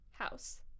house